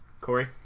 Corey